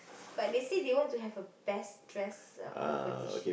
but they say they want to have a best dress uh competition